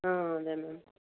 అదే మ్యామ్